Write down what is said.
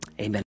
Amen